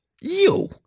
You